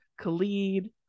Khalid